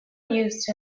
used